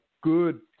good